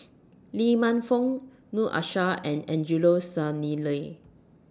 Lee Man Fong Noor Aishah and Angelo Sanelli